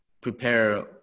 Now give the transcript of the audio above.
prepare